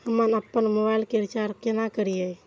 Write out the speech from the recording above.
हम आपन मोबाइल के रिचार्ज केना करिए?